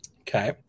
Okay